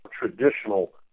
traditional